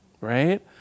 right